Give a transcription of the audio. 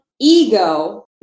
ego